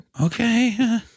Okay